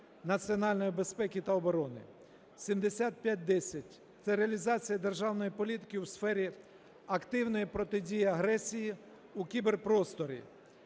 національної безпеки та оборони. 7510 – це реалізація державної політики у сфері активної протидії агресії у кіберпросторі.